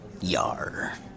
Yar